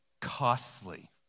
costly